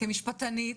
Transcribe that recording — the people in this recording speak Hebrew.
כמשפטנית,